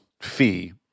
fee